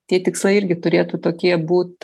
tie tikslai irgi turėtų tokie būt